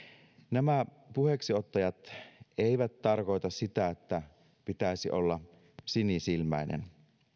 nämä puheeksiottajat eivät tarkoita sitä että pitäisi olla sinisilmäinen